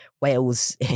wales